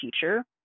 teacher